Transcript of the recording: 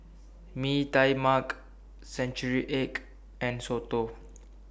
Mee Tai Mak Century Egg and Soto